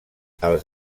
els